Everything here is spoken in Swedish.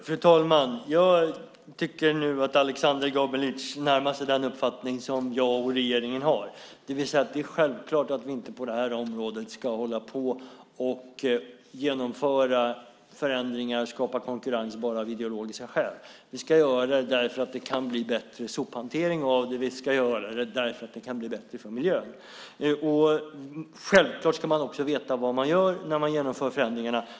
Fru talman! Jag tycker nu att Aleksander Gabelic närmar sig den uppfattning som jag och regeringen har, det vill säga att det är självklart att vi inte på det här området ska hålla på och genomföra förändringar och skapa konkurrens bara av ideologiska skäl. Vi ska göra det därför att det kan bli bättre sophantering av det. Vi ska göra det därför att det kan bli bättre för miljön. Självfallet ska man också veta vad man gör när man genomför förändringarna.